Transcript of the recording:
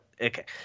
okay